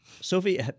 Sophie